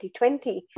2020